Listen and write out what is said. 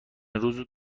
روز